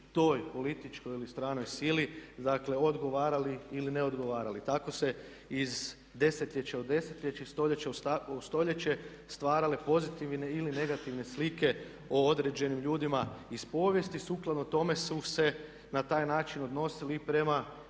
toj političkoj ili stranoj sili dakle odgovarali ili ne odgovarali. Tako se iz desetljeća u desetljeća, stoljeća u stoljeće stvarale pozitivne ili negativne slike o određenim ljudima iz povijesti sukladno tome su se na taj način odnosili i prema